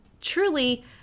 truly